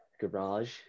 garage